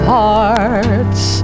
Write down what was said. hearts